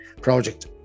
project